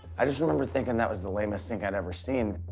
i just remember thinking that was the lamest thing i'd ever seen.